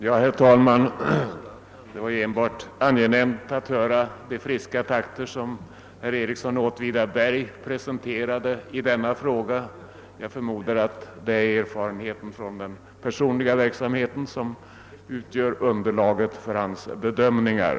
Herr talman! Det var enbart angenämt med de friska takter som herr Ericsson i Åtvidaberg presenterade i denna fråga. Jag förmodar att det är erfarenheterna från den personliga verksamheten som utgör underlaget för hans bedömningar.